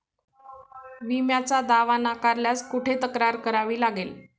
विम्याचा दावा नाकारल्यास कुठे तक्रार करावी लागेल?